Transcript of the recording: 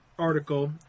article